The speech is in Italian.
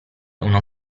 uno